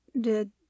Did